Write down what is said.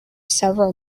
several